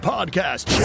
Podcast